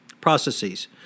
processes